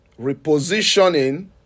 repositioning